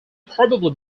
probably